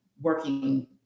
working